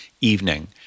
evening